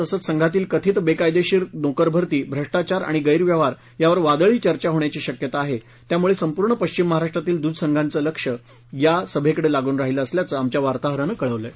तसेच संघातील कथित बेकायदेशीर नोकरभरती भ्रष्टाचार आणि गैरव्यवहार यावर वादळी चर्चा होण्याची शक्यता आहे यामुळे संपूर्ण पश्चिम महाराष्ट्रातील द्ध संघांचे लक्ष सभेकडे लागून राहिलं असंल्याचं आमच्या वार्ताहरानं कळवलं आहे